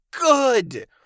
good